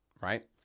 right